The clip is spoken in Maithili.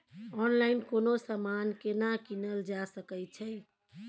ऑनलाइन कोनो समान केना कीनल जा सकै छै?